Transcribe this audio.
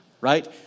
Right